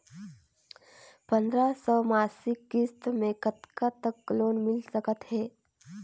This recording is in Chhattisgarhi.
पंद्रह सौ मासिक किस्त मे कतका तक लोन मिल सकत हे?